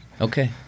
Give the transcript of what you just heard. Okay